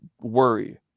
worry